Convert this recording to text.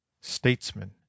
statesman